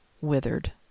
withered